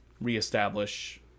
reestablish